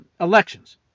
elections